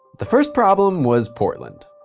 the first problem was portland.